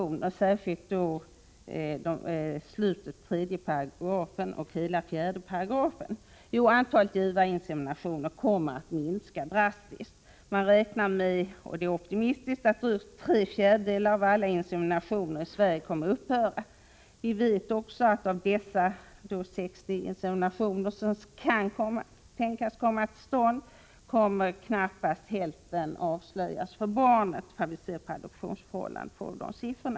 Jag tänker då särskilt på innehållet i slutet 3 § och i hela 4 §. Jo, antalet givarinseminationer kommer att minska drastiskt. Man räknar med — det är en optimistisk bedömning — att drygt tre fjärdedelar av all verksamhet med insemination i Sverige kommer att upphöra. Vi vet också att av de 60 inseminationer som kan tänkas bli genomförda, kommer endast knappt hälften att avslöjas för barnet. Det framgår av de siffror över adoptionsförhållanden som finns.